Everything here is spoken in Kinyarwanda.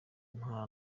nta